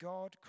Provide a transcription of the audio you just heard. God